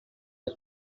was